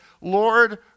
Lord